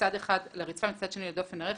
מצד אחד לרצפה ומצד שני לדופן הרכב,